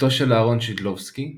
בתו של אהרון שידלובסקי,